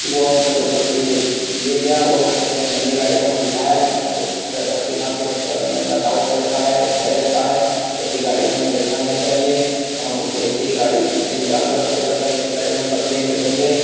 वह हमको जब यह ले गया और उसने ऐसी गंदी गाड़ी में हमको बिठाया जिससे हमको सर्दी खाँसी हो सकने का डाउट रहता है भय रहता है ऐसी गाड़ी में हमें बैठना नहीं चाहिए और हम उस ऐसी गाड़ी से निराशा व्यक्त करते हैं कि ऐसी गाड़ी में हम कभी नहीं बैठेंगे